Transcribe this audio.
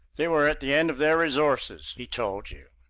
they were at the end of their resources, he told you.